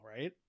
right